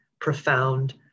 profound